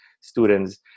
students